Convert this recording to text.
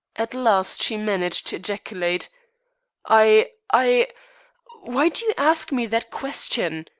at last she managed to ejaculate i i why do you ask me that question?